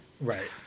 Right